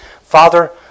Father